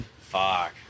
Fuck